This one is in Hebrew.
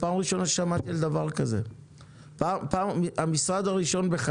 פעם ראשונה ששמעתי על דבר כזה.